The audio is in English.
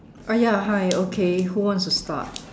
oh ya hi okay who wants to start